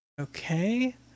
Okay